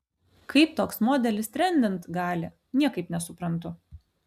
kaip toks modelis trendint gali niekaip nesuprantu